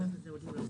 זאת בקצרה.